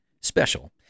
special